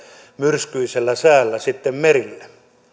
myrskyisellä säällä merille